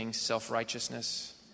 self-righteousness